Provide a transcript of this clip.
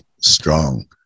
strong